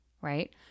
right